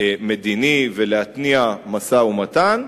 מדיני ולהתניע משא-ומתן,